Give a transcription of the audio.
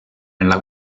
nella